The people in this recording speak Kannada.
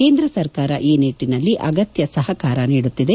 ಕೇಂದ್ರ ಸರಕಾರ ಈ ನಿಟ್ಟನಲ್ಲಿ ಅಗತ್ಯ ಸಹಕಾರ ನೀಡುತ್ತಿದೆ